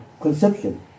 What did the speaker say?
conception